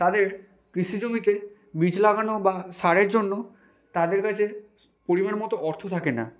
তাদের কৃষি জমিতে বীজ লাগানো বা সারের জন্য তাদের কাছে পরিমাণ মতো অর্থ থাকে না